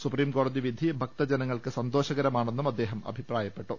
സുപ്രീംകോടതി വിധി ഭക്തജനങ്ങൾക്ക് സന്തോഷകരമാണെന്നും അദ്ദേഹം അഭി പ്രായപ്പെട്ടു